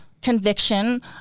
conviction